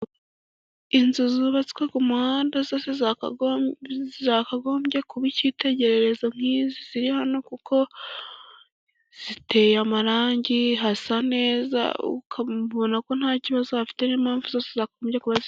Inzu zubatswe ku muhanda zose zakagombye kuba icyitegererezo, nk'izi ziri hano kuko ziteye amarangi hasa neza, ukabona ko nta kibazo hafite n'impamvu zose zakagombye kuba.